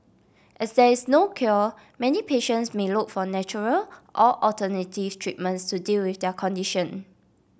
as there is no cure many patients may look for natural or alternative treatments to deal with their condition